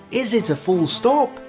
is it a full-stop?